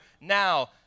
now